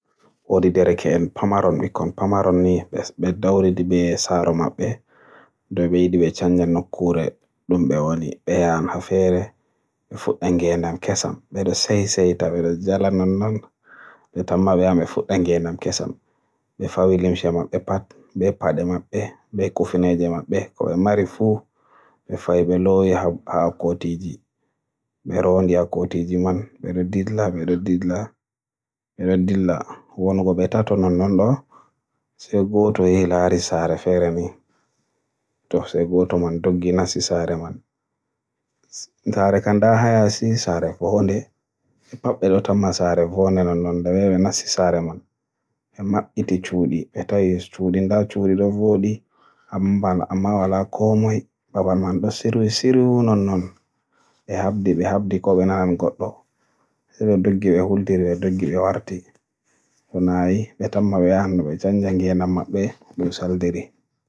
Waɗiino woɓɓe sukaaɓe kamɓe tato, derke'en non. Wonnde nyalaande ɓe taskii dow ɓe njahay - ɓe ngaɗay jahaangal ngam ɓe njaha ɓe annda no duuniyaaru wontiri. Ɓe ngurtii kamɓe tato ɓen, ɓe ngaɗi jahaangal ngal. Anniya maɓɓe woni ɓe acca nokkuure walla diiwal to ngonnoo ɓe ndilla wonngal diiwal ngal walla wonnde taƴre nden. Ammaa ɓe ngiɗi njahira koyɗe, ngam arannde ni ɓe ngiɗi ɓe annda no yimɓe nguurirta naa yimɓe ɓe ɓe ummii ɓe tawi tan. Nden no duuniyaaru ndun wontiri bana kooseeje, bana caanɗi, bana ladduɗe, e ko nanndi e non. No ɓe anndiyi waɗki jahaangal ngal ngam gite maɓɓe peera, ɓe annda no duuniyaaru wontiri. Ngam heɓa nonɗum taskanoo ngeendam maɓɓe ɗam ɓe tiitii yeeso. Ngam so haa ɓe anndii no duuniyaaru wontiri, naa duuniyaaru ndu ɓe njooɗi tan. Ɓe annday nonnon ɓe njooɗindirtoo e luttuɓe yimɓe adunaaru. Ka'a kanka woni daliila yahdu maɓɓe ndun ndu ɓe ngaɗi. Boo - ɓe ngaɗii-ndu, ɓe nganci, ɓe ngi'ii, ɓe peerii.